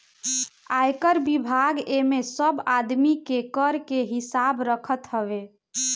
आयकर विभाग एमे सब आदमी के कर के हिसाब रखत हवे